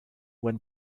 when